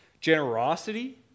generosity